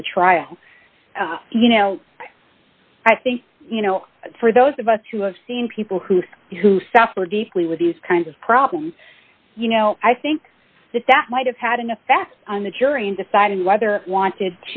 of the trial you know i think you know for those of us who have seen people who who suffer deeply with these kinds of problems you know i think that that might have had an effect on the jury in deciding whether it wanted